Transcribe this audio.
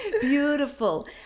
beautiful